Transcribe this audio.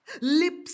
lips